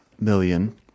Million